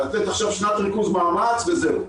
לתת עכשיו שנת ריכוז מאמץ וזהו.